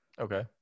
Okay